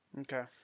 Okay